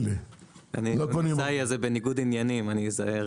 אני תוניסאי אז אני בניגוד עניינים, אז אני אזהר.